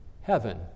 heaven